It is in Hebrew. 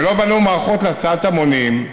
ולא בנו מערכות להסעת המונים: